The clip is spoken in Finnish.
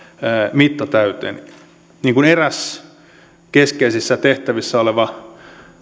mitta täyteen niin kuin eräs keskeisissä tehtävissä oleva